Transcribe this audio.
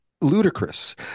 ludicrous